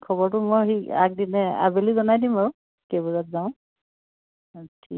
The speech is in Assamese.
খবৰটো মই সেই আগদিনাই আবেলি জনাই দিম বাৰু কেইবজাত যাওঁ অঁ ঠিক